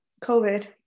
COVID